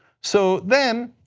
so then